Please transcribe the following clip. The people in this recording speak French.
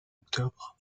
octobre